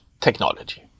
technology